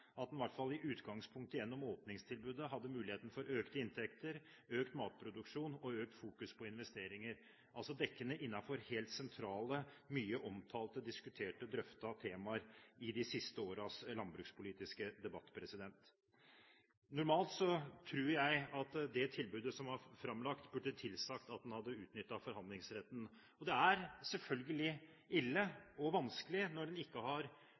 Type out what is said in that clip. en i hvert fall i utgangspunktet gjennom åpningstilbudet hadde mulighet til økte inntekter, økt matproduksjon og økt fokusering på investeringer, altså: dekkende innenfor helt sentrale, mye omtalte, diskuterte og drøftede temaer i de siste årenes landbrukspolitiske debatt. Normalt tror jeg at det tilbudet som var framlagt, burde tilsagt at en hadde utnyttet forhandlingsretten. Og det er selvfølgelig ille og vanskelig når en denne gangen ikke har